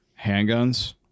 handguns